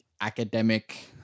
academic